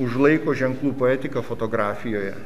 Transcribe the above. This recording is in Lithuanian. už laiko ženklų poetiką fotografijoje